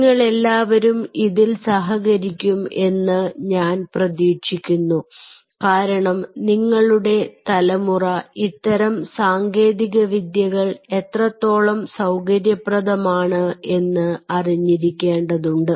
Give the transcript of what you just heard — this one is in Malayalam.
നിങ്ങളെല്ലാവരും ഇതിൽ സഹകരിക്കും എന്ന് ഞാൻ പ്രതീക്ഷിക്കുന്നു കാരണം നിങ്ങളുടെ തലമുറ ഇത്തരം സാങ്കേതികവിദ്യകൾ എത്രത്തോളം സൌകര്യപ്രദമാണ് എന്ന് അറിഞ്ഞിരിക്കേണ്ടതുണ്ട്